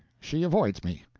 she avoids me.